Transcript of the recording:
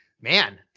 Man